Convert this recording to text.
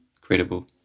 credible